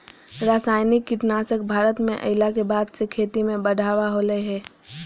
रासायनिक कीटनासक भारत में अइला के बाद से खेती में बढ़ावा होलय हें